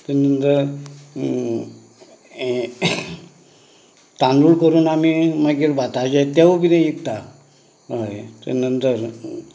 तेज नंतर यें तांदूळ करून आमी मागीर भाताचें तेंवू किदें इकता अय तेज नंतर